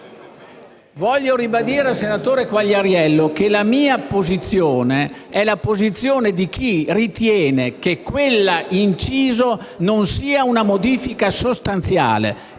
voglio ribadire al senatore Quagliariello che la mia è la posizione di chi ritiene che quell'inciso non sia una modifica sostanziale